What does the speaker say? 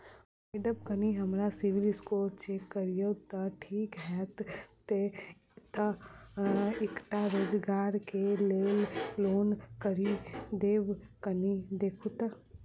Madam कनि हम्मर CIBIL score check करियो तेँ ठीक हएत ई तऽ एकटा रोजगार केँ लैल लोन करि देब कनि देखीओत?